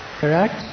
Correct